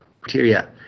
criteria